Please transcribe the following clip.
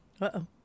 Uh-oh